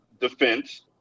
defense